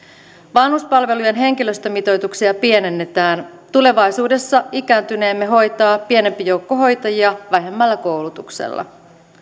vanhuspalvelujen henkilöstömitoituksia pienennetään tulevaisuudessa ikääntyneemme hoitaa pienempi joukko hoitajia vähemmällä koulutuksella